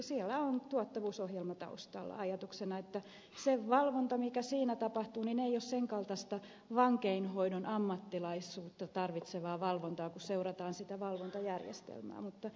siellä on tuottavuusohjelma taustalla ajatuksena että se valvonta mikä siinä tapahtuu ei ole sen kaltaista vankeinhoidon ammattilaisuutta tarvitsevaa valvontaa kun seurataan sitä valvontajärjestelmää